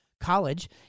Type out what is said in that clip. College